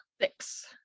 six